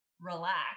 Relax